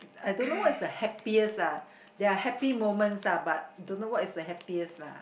I don't know what is the happiest ah there are happy moments ah but don't know what is the happiest lah